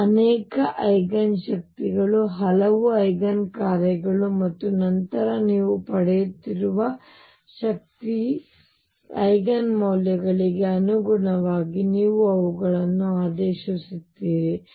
ಅನೇಕ ಅನೇಕ ಐಗನ್ ಶಕ್ತಿಗಳು ಹಲವು ಐಗನ್ ಕಾರ್ಯಗಳು ಮತ್ತು ನಂತರ ನೀವು ಪಡೆಯುತ್ತಿರುವ ಶಕ್ತಿಯ ಐಗನ್ ಮೌಲ್ಯಗಳಿಗೆ ಅನುಗುಣವಾಗಿ ನೀವು ಅವುಗಳನ್ನು ಆದೇಶಿಸುತ್ತೀರಿ